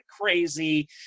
crazy